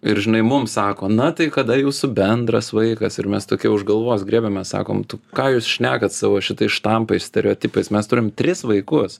ir žinai mum sako na tai kada jūsų bendras vaikas ir mes tokie už galvos griebiamės sakom tu ką jūs šnekat savo šitai štampais stereotipais mes turim tris vaikus